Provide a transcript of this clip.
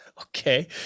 okay